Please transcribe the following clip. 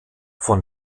von